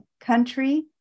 country